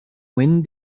when